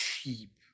cheap